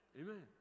amen